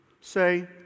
say